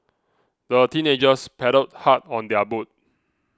the teenagers paddled hard on their boat